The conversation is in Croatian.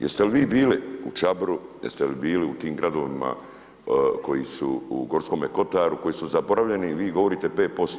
Jeste li vi bili u Čabru, jeste li bili u tim gradovima koji su u Gorskome kotaru koji su zaboravljeni i vi govorite 5%